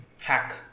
hack